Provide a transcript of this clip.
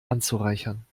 anzureichern